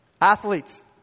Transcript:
Athletes